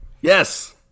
Yes